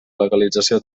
legalització